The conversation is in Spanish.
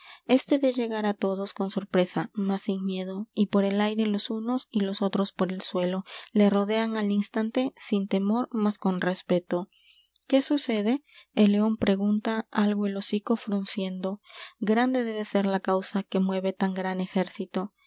éste ve llegar á todqs con sorpresa mas sin miedo y por el aire los unos y los otros por el suelo le rodean al instante sin temor mas cón respeto q u é sucede el león pregunta algo el hocico frunciendo grande debe ser la causa que mueve tan gran ejército